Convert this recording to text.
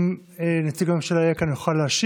אם נציג הממשלה יהיה כאן הוא יוכל להשיב,